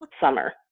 summer